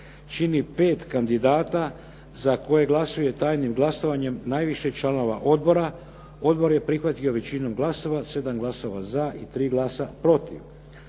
čini pet kandidata za koje glasuje tajnim glasovanjem najviše članova odbora. Odbor je prihvatio većinom glasova, 7 glasova za i 3 glasa protiv.